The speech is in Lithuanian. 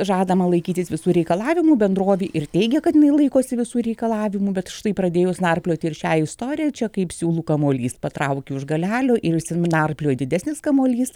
žadama laikytis visų reikalavimų bendrovė ir teigia kad jinai laikosi visų reikalavimų bet štai pradėjus narplioti ir šią istoriją čia kaip siūlų kamuolys patrauki už galelio ir išsinarplioja didesnis kamuolys